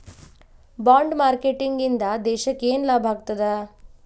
Bond marketing ಇಂದಾ ದೇಶಕ್ಕ ಯೆನ್ ಲಾಭಾಗ್ತದ?